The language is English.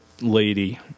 lady